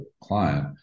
client